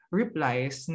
replies